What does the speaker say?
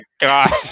god